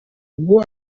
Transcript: bwo